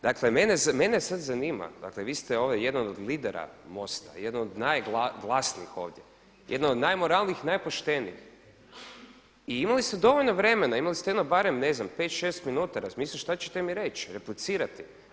Dakle, mene sada zanima, dakle vi ste jedan od lidera MOST-a, jedan od najglasnijih ovdje, jedno od najmoralnijih najpoštenijih i imali ste dovoljno vremena imali ste jedno barem pet, šest minuta razmisliti šta ćete mi reći, replicirati.